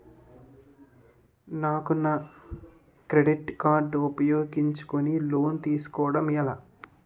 నాకు నా credit card ఉపయోగించుకుని లోన్ తిస్కోడం ఎలా?